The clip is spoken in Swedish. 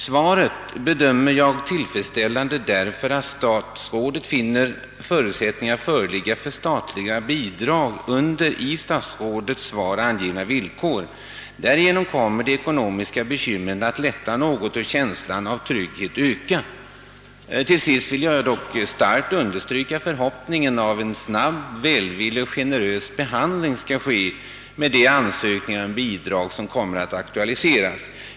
Svaret bedömer jag som tillfredsställande därför att statsrådet finner förutsättningar föreligga för statliga bidrag under i svaret angivna villkor. Därigenom kommer de ekonomiska bekymren att lätta något och känslan av trygghet att öka. Till sist vill jag dock kraftigt understryka förhoppningen om en snabb, välvillig och generös behandling av de ansökningar om bidrag som kommer att aktualiseras. Herr talman!